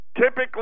typically